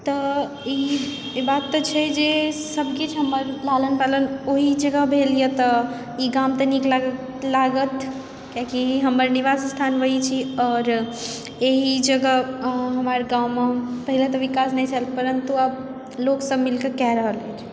तऽ ई बात तऽ छै जे सभकिछु हमर लालन पालन ओहि जगह भेलए तऽ ई गाम तऽ निक लागत कियाकि ई हमर निवास स्थान वहीं छी आओर एहि जगह हमर गाँवमे पहिले तऽ विकास नहि छल परन्तु आब लोक सभमिलकऽ कए रहल अछि